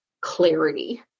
clarity